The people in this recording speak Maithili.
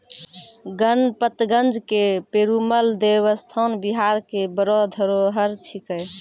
गणपतगंज के पेरूमल देवस्थान बिहार के बड़ो धरोहर छिकै